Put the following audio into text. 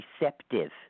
receptive